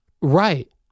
Right